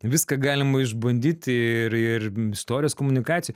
viską galima išbandyti ir ir istorijos komunikacija